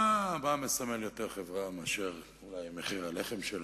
מה מסמל חברה יותר ממחיר הלחם שלה?